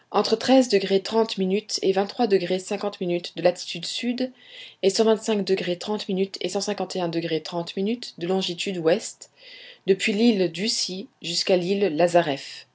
et de latitude sud et de longitude ouest depuis l'île ducie jusqu'à l'île lazareff